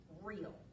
real